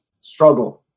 struggle